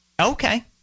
Okay